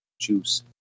juice